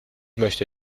möchte